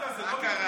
מה קרה?